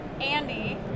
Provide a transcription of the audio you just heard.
andy